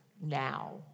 now